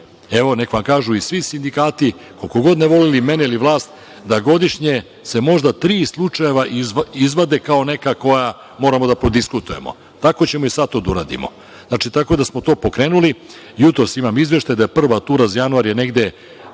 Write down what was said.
Evo, neka vam kažu i svi sindikati, koliko god ne voleli mene ili vlast, da godišnje se možda tri slučajeva izvade kao neka koja moramo da prodiskutujemo. Tako ćemo i sada to da uradimo. Tako da, to smo pokrenuli, jutros imam izveštaj da je prva tura za januar negde